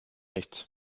nichts